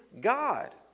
God